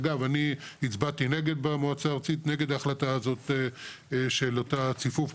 אגב אני הצבעתי נגד במועצה הארצית נגד ההחלטה של אותו ציפוף,